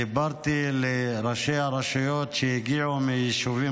דיברתי אל ראשי הרשויות שהגיעו מיישובים